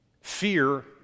fear